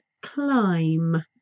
climb